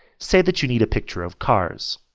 say that you need a picture of cars.